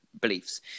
beliefs